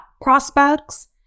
prospects